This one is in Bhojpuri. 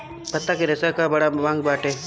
पत्ता के रेशा कअ बड़ा मांग बाटे